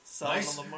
Nice